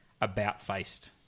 about-faced